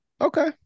Okay